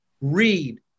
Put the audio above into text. read